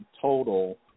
total